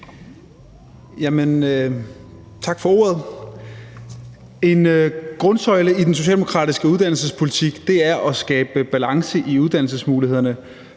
Tak for ordet. En grundsøjle i den socialdemokratiske uddannelsespolitik er at skabe balance i uddannelsesmulighederne